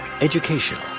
educational